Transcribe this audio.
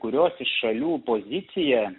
kurios iš šalių pozicija